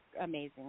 amazing